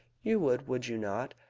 you would, would you not,